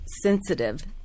sensitive